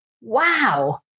wow